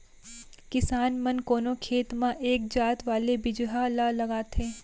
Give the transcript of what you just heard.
किसान मन कोनो खेत म एक जात वाले बिजहा ल लगाथें